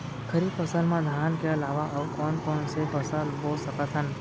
खरीफ फसल मा धान के अलावा अऊ कोन कोन से फसल बो सकत हन?